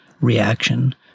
reaction